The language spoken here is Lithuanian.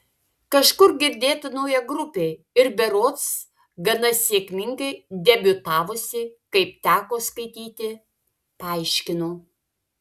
kažkur girdėta nauja grupė ir berods gana sėkmingai debiutavusi kaip teko skaityti paaiškino